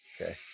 okay